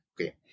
okay